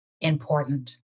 important